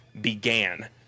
began